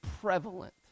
prevalent